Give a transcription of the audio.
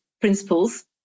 principles